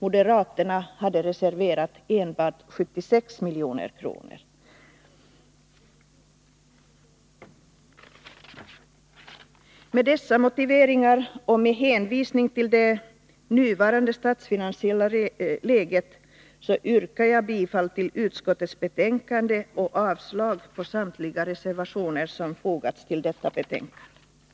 Moderaterna hade föreslagit enbart 76 milj.kr. Torsdagen den Med dessa motiveringar och med hänvisning till det nuvarande statsfinan 26 maj 1983 siella läget yrkar jag bifall till utskottets hemställan och avslag på samtliga reservationer som har fogats till detta betänkande. Anslag till invand